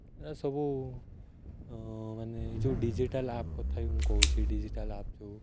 ଏ ସବୁ ମାନେ ଯେଉଁ ଡିଜିଟାଲ୍ ଆପ୍ କଥା ବି ମୁଁ କହୁଛି ଡିଜିଟାଲ୍ ଆପ୍ ଯେଉଁ